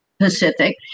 Pacific